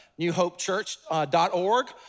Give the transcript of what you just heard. newhopechurch.org